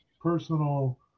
personal